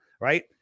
right